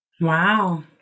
Wow